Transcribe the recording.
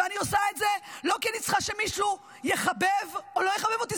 ואני עושה את זה לא כי אני צריכה שמישהו יחבב או לא יחבב אותי.